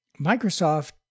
Microsoft